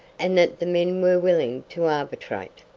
and that the men were willing to arbitrate.